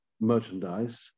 merchandise